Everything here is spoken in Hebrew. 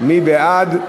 מי בעד?